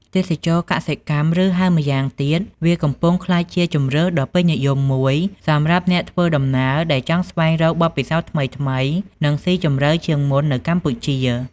ទេសចរណ៍កសិកម្ម ឬហៅម្យ៉ាងទៀត វាកំពុងក្លាយជាជម្រើសដ៏ពេញនិយមមួយសម្រាប់អ្នកធ្វើដំណើរដែលចង់ស្វែងរកបទពិសោធន៍ថ្មីៗនិងស៊ីជម្រៅជាងមុននៅកម្ពុជា។